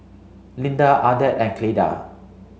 Lynda Ardeth and Cleda